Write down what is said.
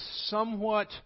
somewhat